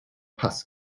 pass